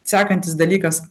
sekantis dalykas